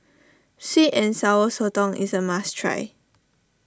Sweet and Sour Sotong is a must try